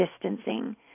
distancing